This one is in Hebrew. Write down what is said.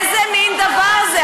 איזה מין דבר זה?